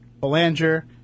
Belanger